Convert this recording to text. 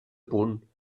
punt